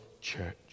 church